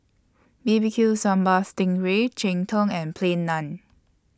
B B Q Sambal Sting Ray Cheng Tng and Plain Naan